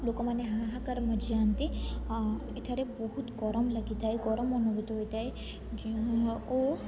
ଲୋକମାନେ ହାହାକାର ମଝିଯାଆନ୍ତି ଏଠାରେ ବହୁତ ଗରମ ଲାଗିଥାଏ ଗରମ ଅନୁଭୂତ ହୋଇଥାଏ ଓ